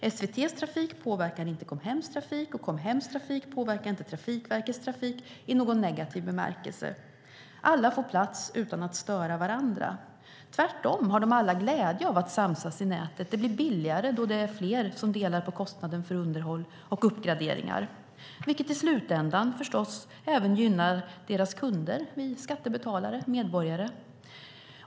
SVT:s trafik påverkar inte Comhems trafik och Comhems trafik påverkar inte Trafikverkets trafik i någon negativ bemärkelse. Alla får plats utan att störa varandra. Tvärtom har de alla glädje av att samsas i nätet. Det blir billigare då det är fler som delar på kostnaden för underhåll och uppgraderingar, vilket i slutändan förstås även gynnar deras kunder, vi skattebetalare, medborgare.